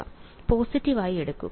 വിദ്യാർത്ഥി പോസിറ്റീവ് ആയി എടുക്കുക